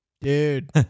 Dude